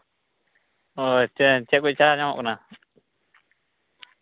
ᱚ ᱪᱮᱫ ᱠᱚ ᱪᱟ ᱧᱟᱢᱚᱜ ᱠᱟᱱᱟ